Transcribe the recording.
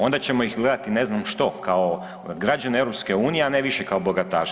Onda ćemo ih gledati, ne znam što, kao građane EU, a ne više bogataše.